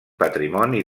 patrimoni